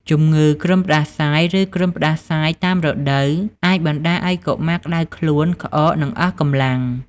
ជម្ងឺគ្រុនផ្តាសាយ ឬគ្រុនផ្តាសាយតាមរដូវអាចបណ្តាលឱ្យកុមារក្តៅខ្លួន ក្អក និងអស់កម្លាំង។